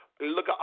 Look